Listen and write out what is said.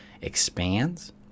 expands